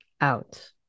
out